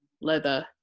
leather